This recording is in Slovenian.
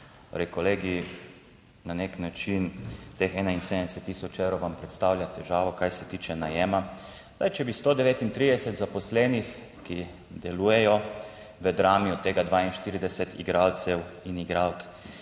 kolegi na nek način teh 71 tisoč evrov vam predstavlja težavo, kar se tiče najema. Zdaj, če bi 139 zaposlenih, ki delujejo v Drami, od tega 42 igralcev in igralk